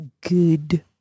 good